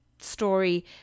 story